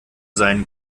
sein